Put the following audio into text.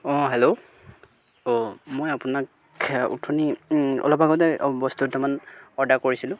অঁ হেল্ল' অঁ মই আপোনাক উঠনী অলপ আগতে বস্তু দুটামান অৰ্ডাৰ কৰিছিলোঁ